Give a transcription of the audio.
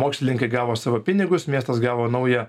mokslininkai gavo savo pinigus miestas gavo naują